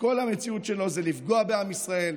שכל המציאות שלו זה לפגוע בעם ישראל,